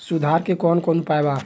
सुधार के कौन कौन उपाय वा?